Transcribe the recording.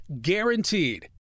guaranteed